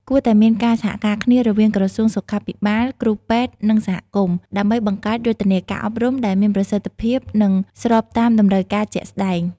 គួរតែមានការសហការគ្នារវាងក្រសួងសុខាភិបាល គ្រូពេទ្យ និងសហគមន៍ ដើម្បីបង្កើតយុទ្ធនាការអប់រំដែលមានប្រសិទ្ធភាពនិងស្របតាមតម្រូវការជាក់ស្តែង។